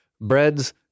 breads